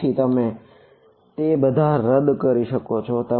તેથી તમે તે બધાને રદ કરી શકો છો